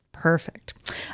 Perfect